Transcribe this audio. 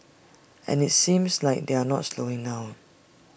and IT seems like they're not slowing down